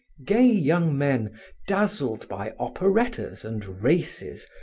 gay young men dazzled by operettas and races,